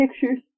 pictures